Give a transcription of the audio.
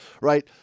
right